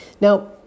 Now